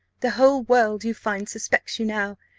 the whole world, you find, suspects you now.